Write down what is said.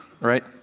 right